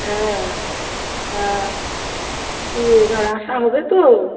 হ্যাঁ তা কি এবার আসা হবে তো